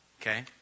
Okay